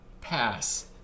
Pass